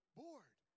bored